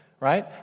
right